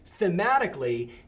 thematically